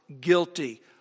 guilty